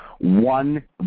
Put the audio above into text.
one